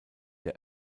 der